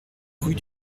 rue